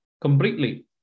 Completely